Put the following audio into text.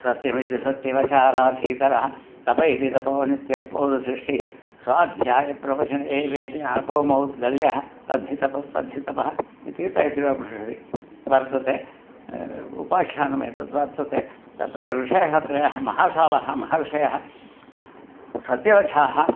सत्यमिति सत्यवचा राथीतरः तप इति तपोनित्यः पौरुशिष्टिः स्वाध्यायप्रवचने एवेति नाको मौद्गल्यः तद्धि तपस्तद्धि तपः इति तैत्तिरियोपनिषदि वर्तते उपाख्यानमेतत् वर्तते तत्र ऋषयः त्रयः महासालः महर्षयः सत्यवचः